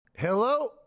Hello